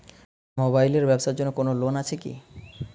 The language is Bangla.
মোবাইল এর ব্যাবসার জন্য কোন লোন আছে কি?